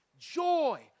joy